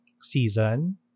season